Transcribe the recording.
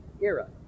era